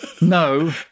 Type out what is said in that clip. No